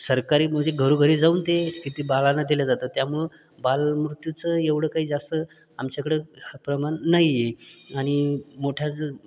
सरकारी म्हणजे घरोघरी जाऊन ते किती बाळांना दिल्या जातात त्यामुळं बालमृत्यूचं एवढं काही जास्त आमच्याकडं प्रमाण नाही आहे आणि मोठ्यांचं